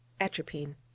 Atropine